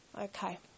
Okay